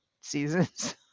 seasons